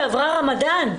שעברה רמדאן.